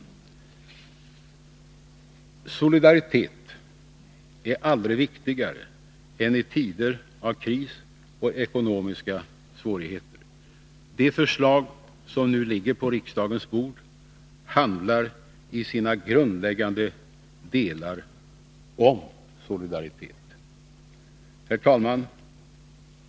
Onsdagen den Solidaritet är aldrig viktigare än i tider av kris och ekonomiska svårigheter. 15 december 1982 De förslag som nu ligger på riksdagens bord handlar i sina grundläggande delar om solidaritet. Herr talman!